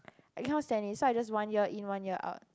I cannot stand it so I just one ear in one ear out